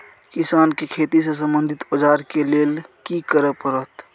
किसान के खेती से संबंधित औजार के लेल की करय परत?